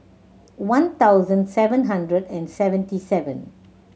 one thousand seven hundred and seventy seven